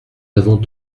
avons